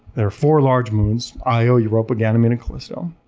there are four large moons, io, europa, ganymede, and callisto.